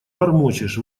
бормочешь